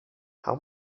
how